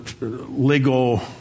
legal